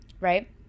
right